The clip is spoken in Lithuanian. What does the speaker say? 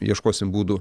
ieškosim būdų